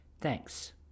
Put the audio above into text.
Thanks